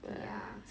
ya